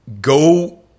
go